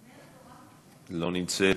לא נמצא,